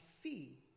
fee